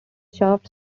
shaft